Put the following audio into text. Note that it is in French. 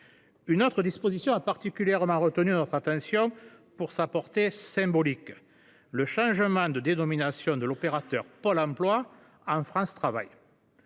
Une autre disposition a particulièrement retenu notre attention en raison de sa portée symbolique : le changement de dénomination de l’opérateur Pôle emploi en « France Travail